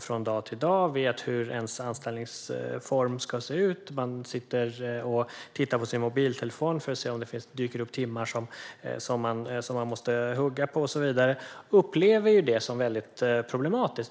från dag till dag vet hur de ska jobba och sitter och tittar på sin mobiltelefon för att se om det dyker upp meddelanden om timmar som de måste hugga på upplever det som problematiskt.